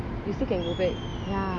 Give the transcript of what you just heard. you still can go back